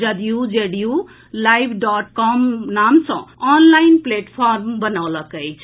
JDU JDU live dot com नाम सँ online platform बनौलक अछि